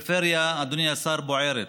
הפריפריה, אדוני השר, בוערת: